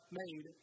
made